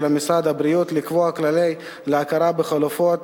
משרד הבריאות לקבוע כללים להכרה בחלופות